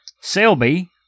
Selby